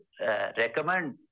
recommend